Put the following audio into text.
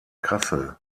kassel